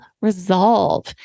resolve